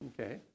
Okay